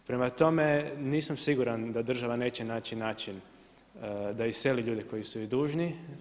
Prema tome, nisam siguran da država neće način da iseli ljude koji su dužni.